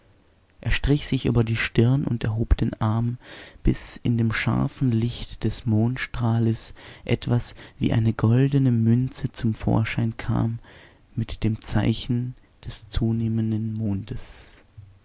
er strich sich über die stirn und erhob den arm bis in dem scharfen licht des mondstrahles etwas wie eine goldene münze zum vorschein kam mit dem zeichen des zunehmenden mondes